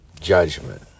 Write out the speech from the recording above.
Judgment